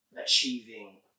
achieving